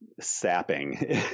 sapping